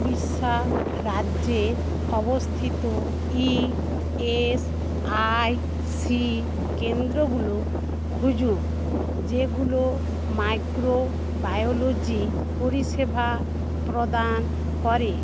উড়িষ্যা রাজ্যে অবস্থিত E S I C কেন্দ্রগুলো খুঁজুন যেগুলো মাইক্রোবায়োলজি পরিষেবা প্রদান করে